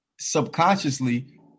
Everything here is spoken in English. subconsciously